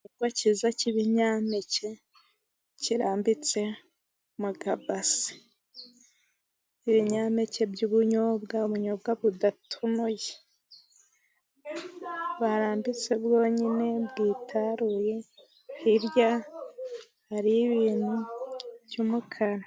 Igihingwa cyiza cy'ibinyampeke kirambitse mu kabase. Ibinyampeke by'ubunyobwa, ubunyobwa budatonoye, barambitse bwonyine, bwitaruye. Hirya hari ibintu by'umukara.